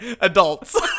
adults